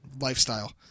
lifestyle